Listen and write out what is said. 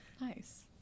Nice